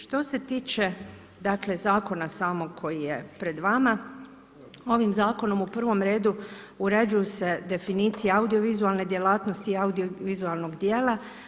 Što se tiče dakle zakona samog koji je pred vama, ovim zakonom u prvom redu uređuju se definicije audiovizualne djelatnosti i audiovizualnog djela.